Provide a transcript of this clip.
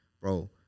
bro